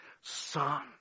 son